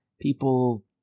People